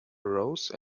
arose